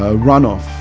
ah run-off,